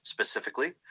Specifically